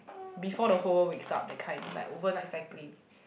before the whole world wakes up that kind like overnight cycling